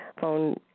phone